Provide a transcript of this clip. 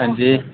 हां जी